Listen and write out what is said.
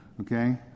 okay